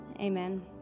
Amen